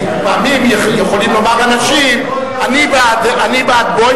כי פעמים יכולים לומר אנשים: אני בעד בוים,